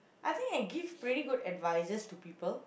I think I give pretty good advices to people